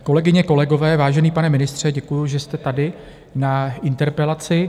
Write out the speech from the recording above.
Kolegyně, kolegové, vážený pane ministře, děkuju, že jste tady na interpelaci.